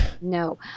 no